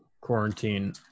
quarantine